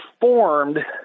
formed